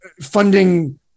funding